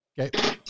Okay